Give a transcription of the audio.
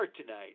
tonight